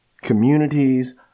communities